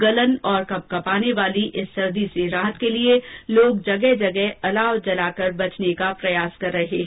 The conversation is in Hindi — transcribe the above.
गलन और कपकपाने वाली इस सर्दी से राहत के लिये लोग जगह जगह अलाव जलाकर बचने का प्रयास कर रहे है